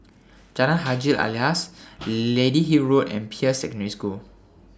Jalan Haji Alias Lady Hill Road and Peirce Secondary School